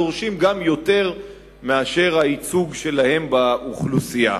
דורשים גם יותר מאשר הייצוג שלהם באוכלוסייה.